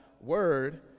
Word